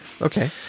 okay